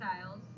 styles